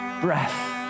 breath